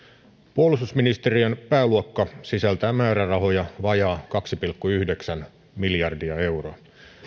puolustusministeriön pääluokka sisältää määrärahoja vajaa kaksi pilkku yhdeksän miljardia euroa